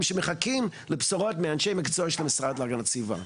שמחכים לבשורות מאנשי המקצוע של המשרד להגנת הסביבה.